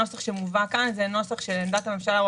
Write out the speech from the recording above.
הנוסח שמובא כאן על פי עמדת הממשלה הוא